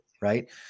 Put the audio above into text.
Right